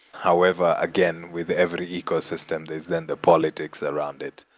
however, again, with every ecosystem, there's, then, the politics around it.